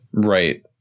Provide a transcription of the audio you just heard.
Right